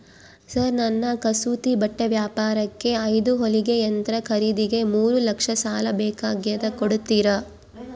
Sir ನನ್ನ ಕಸೂತಿ ಬಟ್ಟೆ ವ್ಯಾಪಾರಕ್ಕೆ ಐದು ಹೊಲಿಗೆ ಯಂತ್ರ ಖರೇದಿಗೆ ಮೂರು ಲಕ್ಷ ಸಾಲ ಬೇಕಾಗ್ಯದ ಕೊಡುತ್ತೇರಾ?